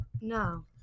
No